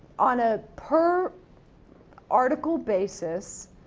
on a per article basis.